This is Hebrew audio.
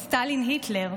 או סטלין-היטלר,